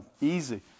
easy